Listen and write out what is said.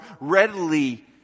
readily